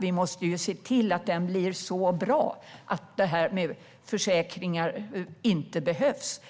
Vi måste se till att den blir så bra att försäkringar inte behövs.